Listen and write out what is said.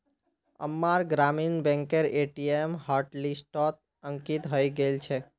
अम्मार ग्रामीण बैंकेर ए.टी.एम हॉटलिस्टत अंकित हइ गेल छेक